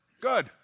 Good